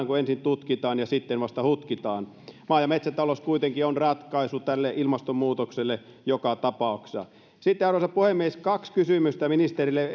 kun ensin tutkitaan ja sitten vasta hutkitaan maa ja metsätalous kuitenkin on ratkaisu tälle ilmastonmuutokselle joka tapauksessa sitten arvoisa puhemies kaksi kysymystä ministerille